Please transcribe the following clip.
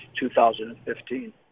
2015